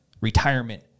retirement